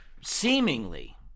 seemingly